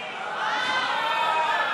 פחדנים.